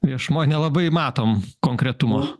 viešumoj nelabai matom konkretumo